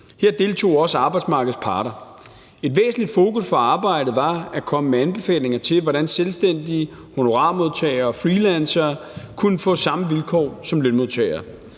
Her deltog også arbejdsmarkedets parter. Et væsentligt fokus for arbejdet var at komme med anbefalinger til, hvordan selvstændige, honorarmodtagere og freelancere kunne få samme vilkår som lønmodtagere.